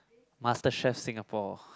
Master Chef Singapore